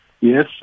Yes